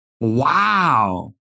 Wow